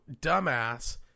dumbass